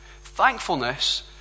Thankfulness